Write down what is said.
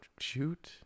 shoot